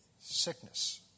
sickness